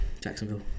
Jacksonville